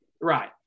Right